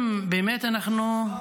אם באמת אנחנו -- אמרתי,